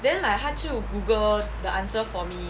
then like 他就 google the answer for me